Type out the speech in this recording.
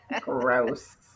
gross